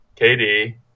KD